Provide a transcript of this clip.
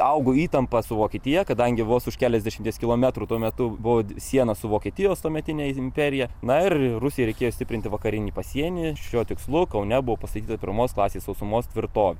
augo įtampa su vokietija kadangi vos už keliasdešimties kilometrų tuo metu buvo sienos su vokietijos tuometine imperija na ir rusijai reikės stiprinti vakarinį pasienį šiuo tikslu kaune buvo pastatyta pirmos klasės sausumos tvirtovė